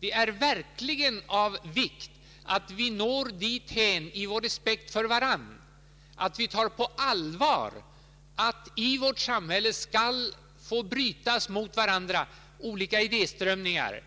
Det är verkligen av vikt att vi når dithän i vår respekt för varandra att vi tar på allvar att i vårt samhälle skall få brytas mot varandra olika idéströmningar.